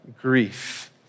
grief